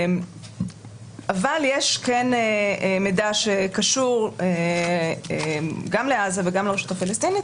אבל יש כן מידע שקשור גם לעזה וגם לרשות הפלסטינית,